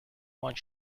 one